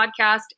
podcast